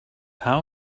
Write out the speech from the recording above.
how